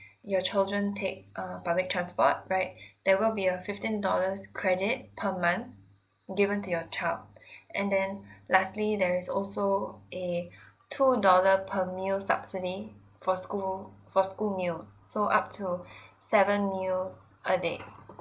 your children take a public transport right there will be a fifteen dollars credit per month given to your child and then lastly there is also a two dollar per meal subsidy for school for school meals so up to seven meals a day